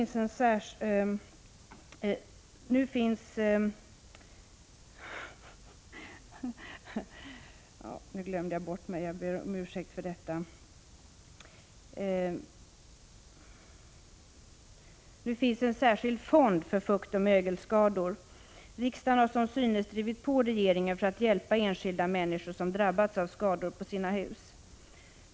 Nu finns en särskild fond för fuktoch mögelskador. Riksdagen har som synes drivit på regeringen för att hjälpa enskilda människor som drabbats av skador på sina hus.